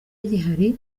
agihari